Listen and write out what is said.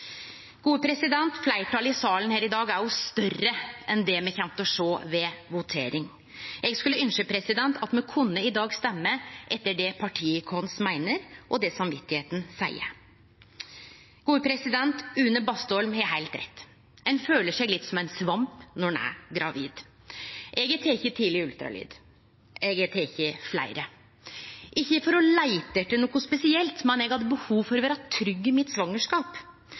Fleirtalet i salen her i dag er også større enn det me kjem til å sjå ved voteringa. Eg skulle ynskje at me i dag kunne røyste etter det partiet vårt meiner, og det samvitet seier. Une Bastholm har heilt rett – ein føler seg litt som ein svamp når ein er gravid. Eg har teke tidleg ultralyd. Eg har teke fleire – ikkje for å leite etter noko spesielt, men eg hadde behov for å vere trygg i svangerskapet mitt.